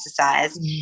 exercise